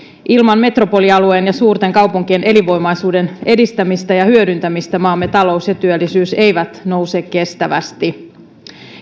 ilman metropolialueen ja suurten kaupunkien elinvoimaisuuden edistämistä ja hyödyntämistä maamme talous ja työllisyys eivät nouse kestävästi